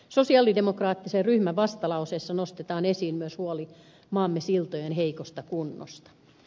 sosialidemokraattisen ryhmän vastalauseessa nostetaan esiin myös huoli maamme siltojen heikosta kunnosta